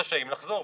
חשמל,